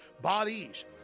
Bodies